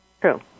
True